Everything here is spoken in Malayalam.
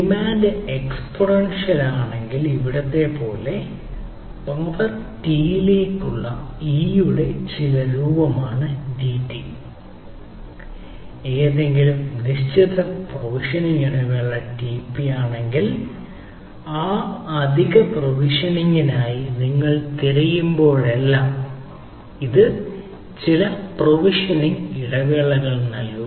ഡിമാൻഡ് എക്സ്പോണൻഷ്യൽ ആണെങ്കിൽ ഇവിടെ പോലെ പവർ T യിലേക്കുള്ള Eയുടെ ചില രൂപമാണ് DT ഏതെങ്കിലും നിശ്ചിത പ്രൊവിഷനിംഗ് ഇടവേള tp ആ അധിക പ്രൊവിഷനിംഗിനായി നിങ്ങൾ തിരയുമ്പോഴെല്ലാം ഇത് പോലെ ഇത് ചില പ്രൊവിഷനിംഗ് ഇടവേളകൾക്കായി നോക്കും